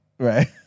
Right